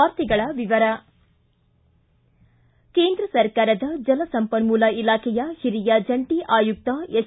ವಾರ್ತೆಗಳ ವಿವರ ಕೇಂದ್ರ ಸರ್ಕಾರದ ಜಲ ಸಂಪನ್ನೂಲ ಇಲಾಖೆಯ ಹಿರಿಯ ಜಂಟ ಆಯುಕ್ತ ಎಸ್